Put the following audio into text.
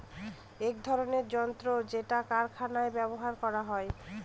এক ধরনের যন্ত্র যেটা কারখানায় ব্যবহার করা হয়